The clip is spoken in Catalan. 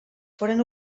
foren